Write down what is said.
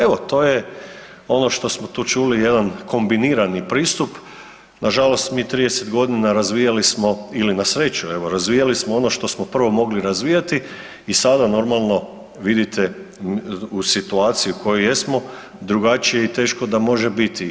Evo, to je ono što smo tu čuli jedan kombinirani pristup, nažalost mi 30 godina razvijali smo ili na sreću razvijali smo prvo ono što smo mogli razvijati i sada normalno vidite u situaciji u kojoj jesmo, drugačije i teško da može biti.